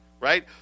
right